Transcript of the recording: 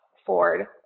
Ford